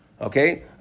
Okay